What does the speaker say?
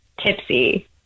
tipsy